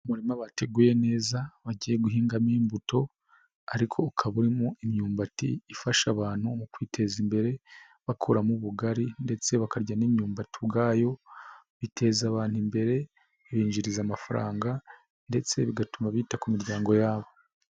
Umurima bateguye neza, bagiye guhingamo imbuto, ariko ukaba urimo imyumbati ifasha abantu mu kwiteza imbere, bakuramo ubugari ndetse bakarya n'imyumbati ubwayo, biteza abantu imbere, bibinjiriza amafaranga, ndetse bigatuma bita ku miryango yabo.